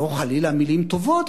לא חלילה מלים טובות,